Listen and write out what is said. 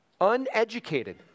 Uneducated